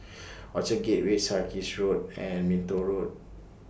Orchard Gateway Sarkies Road and Minto Road